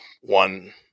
one